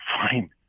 fine